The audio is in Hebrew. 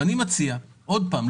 אני מציע עוד פעם,